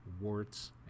warts